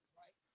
right